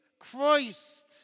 Christ